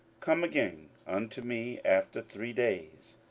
come again unto me after three days.